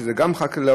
שזה גם חקלאות,